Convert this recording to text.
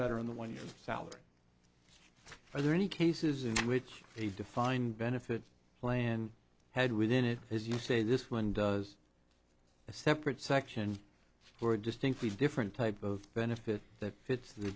better in the one year's salary are there any cases in which a defined benefit plan had within it as you say this one does a separate section for a distinctly different type of benefit that fits the